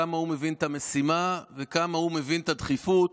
כמה הוא מבין את המשימה וכמה הוא מבין את הדחיפות